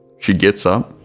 she gets up,